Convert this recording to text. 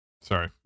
Sorry